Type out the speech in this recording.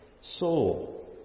soul